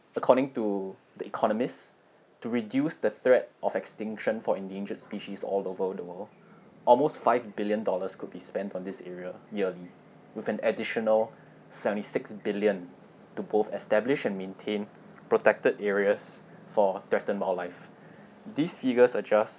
according to the economist to reduce the threat of extinction for endangered species all over the world almost five billion dollars could be spent on this area yearly with an additional seventy-six billion to both establish and maintain protected areas for threaten wildlife these figures are just